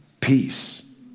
peace